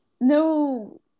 No